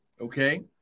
Okay